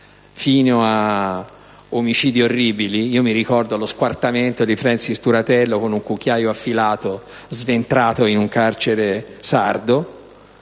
di omicidi orribili (ricordo lo squartamento di Francis Turatello con un cucchiaio affilato, sventrato in un carcere sardo);